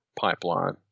pipeline